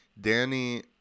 Danny